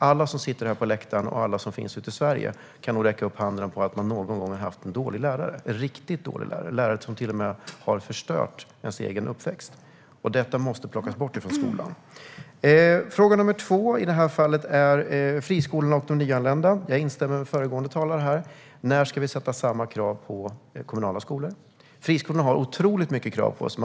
Alla som sitter på läktaren och alla som finns ute i Sverige kan nog räcka upp handen på att man någon gång har haft en dålig lärare - en riktigt dålig lärare, kanske till och med en lärare som förstört ens uppväxt. Detta måste plockas bort från skolan. Den andra frågan handlar om friskolorna och de nyanlända. Jag instämmer med föregående talare: När ska vi ställa samma krav på kommunala skolor? Friskolorna har otroligt mycket krav på sig.